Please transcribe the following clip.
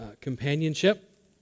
companionship